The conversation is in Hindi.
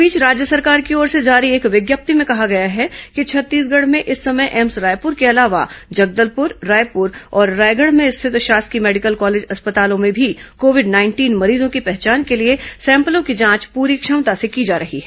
इस बीच राज्य सरकार की ओर से जारी एक विज्ञप्ति में कहा गया है कि छत्तीसगढ़ में इस समय एम्स रायपूर के अलावा जगलदपुर रायपुर और रायगढ़ में स्थित शासकीय मेडिकल कॉलेज अस्पतालों में भी कोविड नाइंटिन मरीजों की पहचान के लिए सैंपलों की जांच पूरी क्षमता से की जा रही है